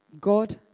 God